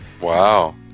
Wow